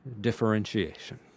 Differentiation